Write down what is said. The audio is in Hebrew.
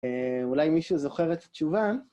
אולי מישהו זוכר את התשובה?